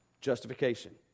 justification